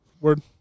Word